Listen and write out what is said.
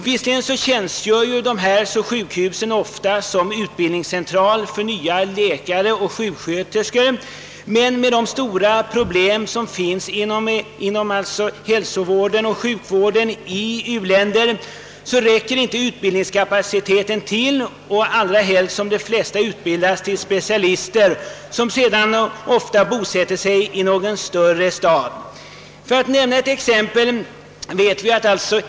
Visserligen tjänstgör dessa sjukhus ofta som utbildningscentraler för nya läkare och sjuksköterskor, men med de stora problem som finns inom hälsovården och sjukvården i u-länder räcker inte utbildningskapaciteten till, allra helst som de flesta utbildas till specialister som sedan ofta bosätter sig i någon större stad. Låt mig ta ett exempel.